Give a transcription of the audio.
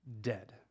dead